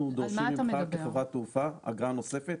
דורשים ממך כחברת תעופה אגרה נוספת?